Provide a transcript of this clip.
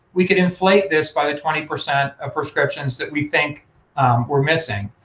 we could inflate this by the twenty percent of prescriptions that we think were missing,